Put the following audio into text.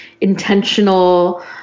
intentional